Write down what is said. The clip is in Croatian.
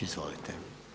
Izvolite.